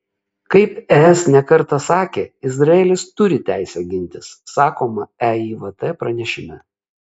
kaip es ne kartą sakė izraelis turi teisę gintis sakoma eivt pranešime